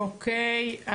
אוקיי.